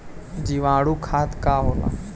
जीवाणु खाद का होला?